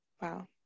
Wow